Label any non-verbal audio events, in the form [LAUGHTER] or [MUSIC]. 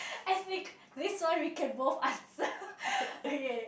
I speak this one we can both answer [LAUGHS] okay